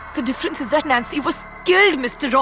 the difference is that nancy was killed mr. ah